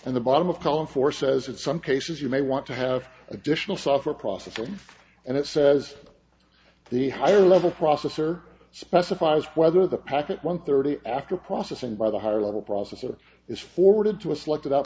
and the bottom of column for says it's some cases you may want to have additional software process on and it says the higher level processor specifies whether the packet one thirty after processing by the higher level processor is forwarded to a selected out